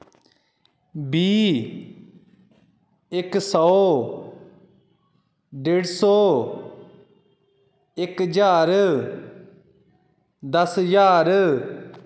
बीह् इक सौ डेड़ सौ इक ज्हार दस ज्हार